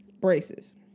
braces